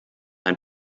ein